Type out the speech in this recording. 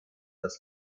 das